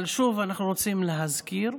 אבל שוב, אנחנו רוצים להזכיר,